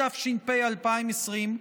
התש"ף 2020,